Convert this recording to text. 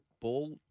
ball